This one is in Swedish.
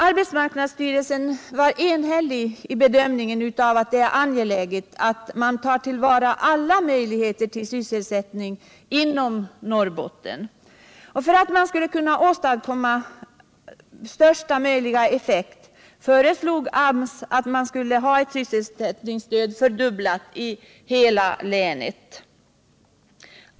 Arbetsmarknadsstyrelsen var enhällig i sin bedömning, att det är angeläget att ta till vara alla möjligheter till sysselsättning inom Norrbotten. För att åstadkomma största möjliga effekt föreslog AMS ett fördubblat sysselsättningsstöd i hela länet.